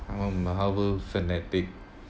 I'm a Marvel fanatic